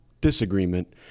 disagreement